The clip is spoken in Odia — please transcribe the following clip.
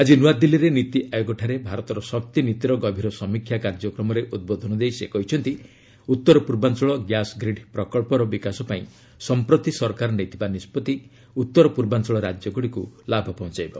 ଆଜି ନୂଆଦିଲ୍ଲୀରେ ନୀତିଆୟୋଗଠାରେ ଭାରତର ଶକ୍ତିନୀତିର ଗଭୀର ସମୀକ୍ଷା କାର୍ଯ୍ୟକ୍ରମରେ ଉଦ୍ବୋଧନ ଦେଇ ସେ କହିଛନ୍ତି ଉତ୍ତର ପୂର୍ବାଞ୍ଚଳ ଗ୍ୟାସ୍ଗ୍ରିଡ୍ ପ୍ରକଳ୍ପର ବିକାଶ ପାଇଁ ସମ୍ପ୍ରତି ସରକାର ନେଇଥିବା ନିଷ୍ପଭି ଉତ୍ତର ପୂର୍ବାଞ୍ଚଳ ରାଜ୍ୟଗୁଡ଼ିକୁ ଲାଭ ପହଞ୍ଚାଇବ